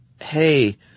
hey